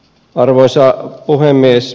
arvoisa puhemies